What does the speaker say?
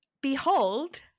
Behold